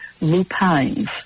lupines